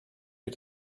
wir